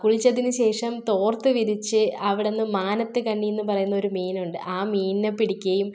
കുളിച്ചതിന് ശേഷം തോർത്ത് വിരിച്ച് അവിടെനിന്ന് മാനത്ത് കന്നി എന്ന് പറയുന്ന ഒരു മീനുണ്ട് ആ മീനിനെ പിടിക്കുകയും